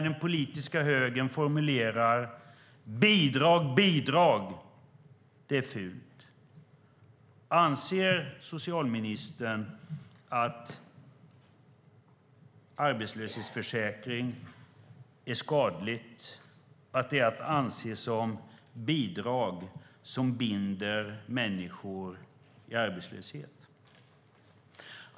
Den politiska högern formulerar att det är bidrag och att det är fult. Anser socialministern att arbetslöshetsförsäkring är skadlig och att den är att anse som bidrag som binder människor i arbetslöshet?